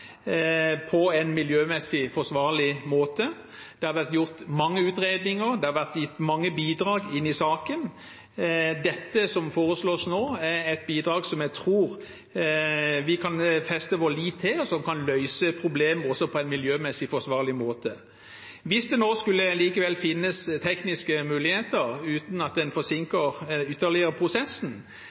på en miljømessig forsvarlig måte. Det har vært gjort mange utredninger, det har vært gitt mange bidrag i saken. Dette som foreslås nå, er et bidrag som jeg tror vi kan feste vår lit til, og som også kan løse problemet på en miljømessig forsvarlig måte. Hvis det nå likevel skulle finnes tekniske muligheter, uten at det forsinker prosessen ytterligere,